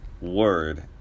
word